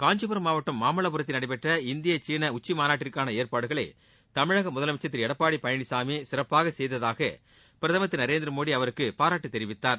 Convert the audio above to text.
காஞ்சிபுரம் மாவட்டம் மாமல்லபுரத்தில் நடைபெற்ற இந்திய சீன உச்சிமாநாட்டிற்கான ஏற்பாடுகளை தமிழக முதலமைச்சர் திரு எடப்பாடி பழனிசாமி சிறப்பாக செய்ததாக பிரதமர் திரு நரேந்திர மோடி அவருக்கு பாராட்டுத் தெரிவித்தார்